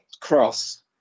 cross